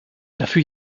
dafür